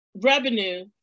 revenue